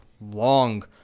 long